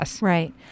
Right